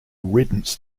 riddance